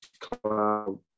cloud